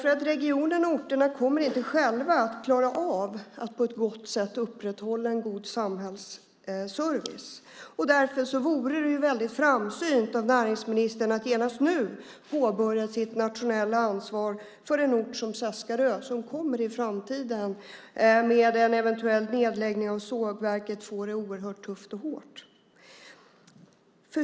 Regionen och orterna kommer inte själva att klara av att på ett gott sätt upprätthålla en god samhällsservice. Därför vore det väldigt framsynt av näringsministern att nu genast påbörja sitt nationella ansvar för en ort som Seskarö, som i framtiden med en eventuell nedläggning av sågverket kommer att få det oerhört tufft och hårt.